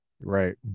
right